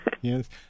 Yes